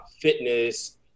fitness